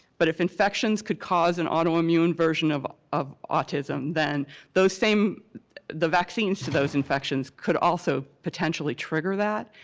but if infections could cause an autoimmune version of of autism then those same the vaccines to those infections could also potentially trigger that.